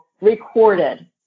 recorded